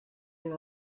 and